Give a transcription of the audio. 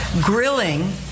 grilling